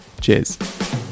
cheers